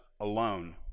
Alone